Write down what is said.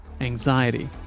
anxiety